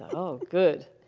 oh, good,